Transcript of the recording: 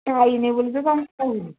ହେଇନି ବୋଲି ତ ତମକୁ କହୁଛି